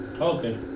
Okay